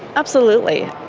absolutely.